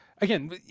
again